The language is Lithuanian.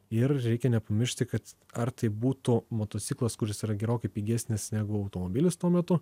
ir reikia nepamiršti kad ar tai būtų motociklas kuris yra gerokai pigesnis negu automobilis tuo metu